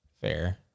fair